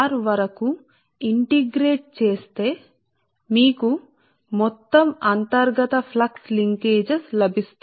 కాబట్టి 0 నుండి r కు అవకలనం చేయండి అప్పుడు మీరు మొత్తం అంతర్గత ఫ్లక్స్ అనుసంధానాలను పొందుతారు